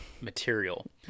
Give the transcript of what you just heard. material